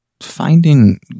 finding